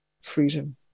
freedom